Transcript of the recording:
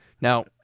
Now